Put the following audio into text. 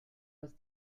aus